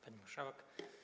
Pani Marszałek!